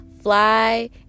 fly